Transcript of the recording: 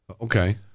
Okay